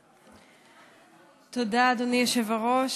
תודה, אדוני היושב-ראש.